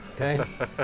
okay